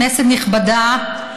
כנסת נכבדה,